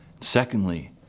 Secondly